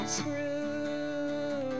Screw